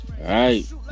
right